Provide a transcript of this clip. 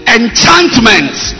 enchantments